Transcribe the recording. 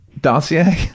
dossier